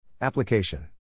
Application